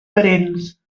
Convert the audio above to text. parents